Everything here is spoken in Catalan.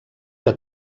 que